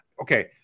Okay